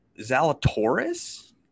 Zalatoris